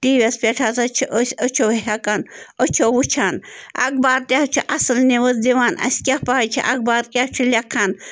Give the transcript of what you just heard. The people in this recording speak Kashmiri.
ٹی وی یس پٮ۪ٹھ ہسا چھِ أسۍ أچھو ہٮ۪کان أچھو وٕچھان اَخبار تہِ حظ چھِ اَصٕل نِوٕز دِوان اَسہِ کیٛاہ پَے چھِ اَخبار کیٛاہ چھُ لٮ۪کھان